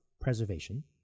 preservation